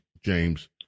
James